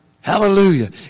Hallelujah